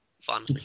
fun